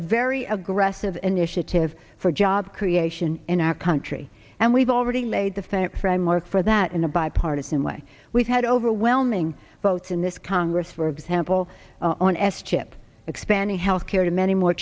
a very aggressive initiative for job creation in our country and we've already laid the facts framework for that in a bipartisan way we've had overwhelming votes in this congress for example on s chip expanding health care to many more